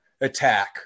attack